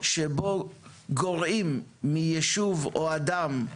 שבוא גורעים מיישוב או אדם,